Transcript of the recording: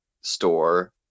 store